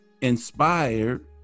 inspired